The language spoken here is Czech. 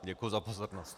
Děkuju za pozornost.